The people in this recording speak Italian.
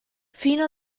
fino